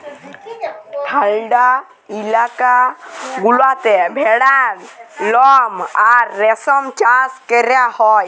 ঠাল্ডা ইলাকা গুলাতে ভেড়ার লম আর রেশম চাষ ক্যরা হ্যয়